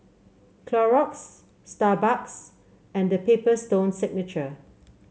Clorox Starbucks and The Paper Stone Signature